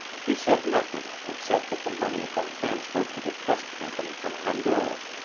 he said nothing, except that the money had been transferred to the trust company from honduras,